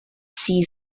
sea